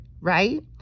right